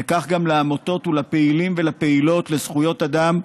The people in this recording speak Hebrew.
וגם לעמותות ולפעילים ולפעילות לזכויות אדם,